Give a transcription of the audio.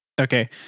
okay